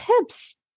tips